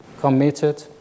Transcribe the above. committed